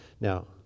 now